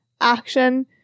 action